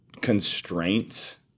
constraints